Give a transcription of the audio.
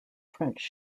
french